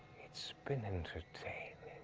it's been entertaining.